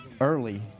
Early